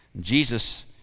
Jesus